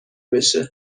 بشه